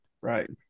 right